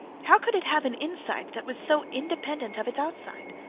how could it have an inside that was so independent of its outside?